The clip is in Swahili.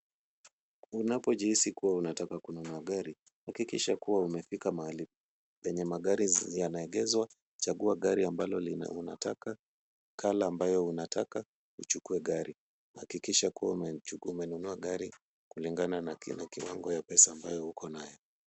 Unapojihisi kuwa unataka kununua gari, hakikisha kuwa umefika mahali penye magari yanaegezwa, chagua gari ambalo unataka, color ambayo unataka, uchukue gari. Hakikisha kuwa umenunua gari kulingana na kiwago ya pesa ambayo uko nayo.